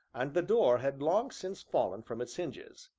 and the door had long since fallen from its hinges.